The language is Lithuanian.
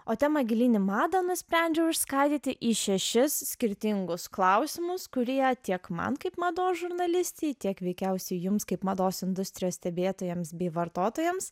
o temą gilyn į madą nusprendžiau išskaidyti į šešis skirtingus klausimus kurie tiek man kaip mados žurnalistei tiek veikiausiai jums kaip mados industrijos stebėtojams bei vartotojams